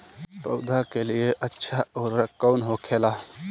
पौधा के लिए अच्छा उर्वरक कउन होखेला?